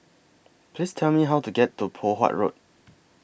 Please Tell Me How to get to Poh Huat Road